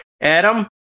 Adam